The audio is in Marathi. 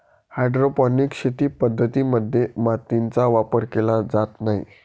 हायड्रोपोनिक शेती पद्धतीं मध्ये मातीचा वापर केला जात नाही